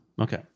Okay